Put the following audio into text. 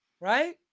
right